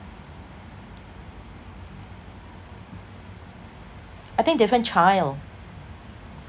I think different child